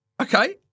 okay